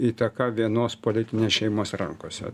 įtaka vienos politinės šeimos rankose